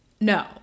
no